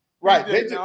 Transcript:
Right